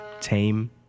tame